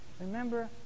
Remember